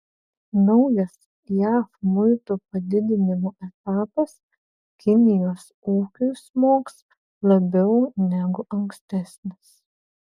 naujas jav muitų padidinimo etapas kinijos ūkiui smogs labiau negu ankstesnis